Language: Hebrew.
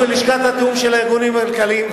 ולשכת התיאום של הארגונים הכלכליים,